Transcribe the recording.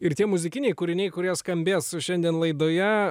ir tie muzikiniai kūriniai kurie skambės šiandien laidoje